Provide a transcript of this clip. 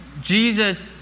Jesus